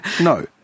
No